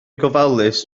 gofalus